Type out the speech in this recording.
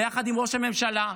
ויחד עם ראש הממשלה,